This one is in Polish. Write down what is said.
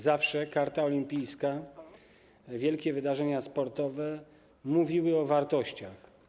Zawsze Karta Olimpijska, wielkie wydarzenia sportowe mówiły o wartościach.